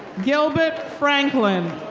gilbert franklin.